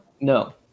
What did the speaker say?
No